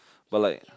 but like